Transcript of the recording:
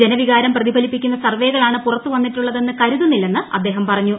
ജനവികാരം പ്രതിഫലിപ്പിക്കുന്ന സർവേകളാണ് പുറത്തുവന്നിട്ടുള്ളതെന്ന് കരുതുന്നില്ലെന്ന് അദ്ദേഹം പറഞ്ഞു